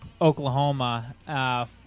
Oklahoma –